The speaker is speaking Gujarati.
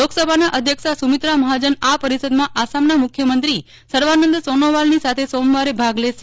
લોકસભાના અધ્યક્ષા સુમિત્રા મહાજન આ પરિષદમાં આસામના મુખ્યમંત્રી સર્વાનંદ સોનોવાલની સાથે સમવારે ભાગ લેશે